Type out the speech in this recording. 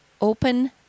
open